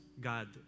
God